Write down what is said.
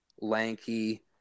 lanky